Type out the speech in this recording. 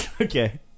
Okay